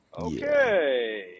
okay